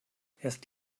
erst